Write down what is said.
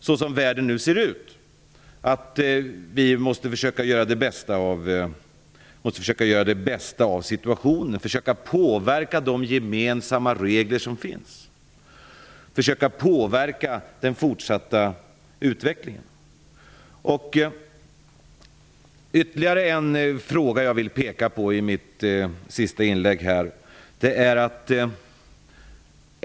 Såsom världen nu ser ut måste vi självfallet försöka att göra det bästa av situationen, försöka påverka de gemensamma regler som finns och den fortsatta utvecklingen. Det är ytterligare en fråga som jag vill peka på i mitt avslutande inlägg.